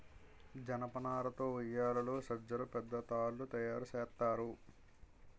జనపనార తో ఉయ్యేలలు సజ్జలు పెద్ద తాళ్లు తయేరు సేత్తారు